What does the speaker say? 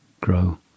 grow